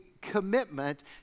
commitment